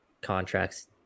contracts